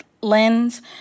lens